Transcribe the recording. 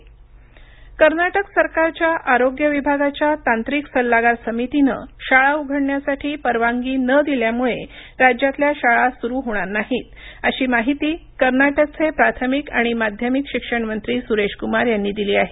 कर्नाटक कर्नाटक सरकरच्या आरोग्य विभागाच्या तांत्रिक सल्लागार समितीनं शाळा उघडण्यासाठी परवानगी न दिल्यामुळे राज्यातल्या शाळा सुरू होणार नाहीत अशी माहिती कर्नाटकचे प्राथमिक आणि माध्यमिक शिक्षणमंत्री सुरेश कुमार यांनी दिली आहे